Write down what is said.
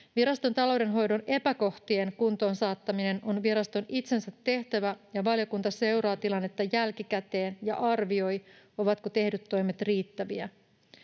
Viraston taloudenhoidon epäkohtien kuntoon saattaminen on viraston itsensä tehtävä, ja valiokunta seuraa tilannetta jälkikäteen ja arvioi, ovatko tehdyt toimet riittäviä.